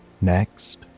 Next